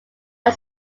are